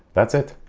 that's it.